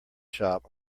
shop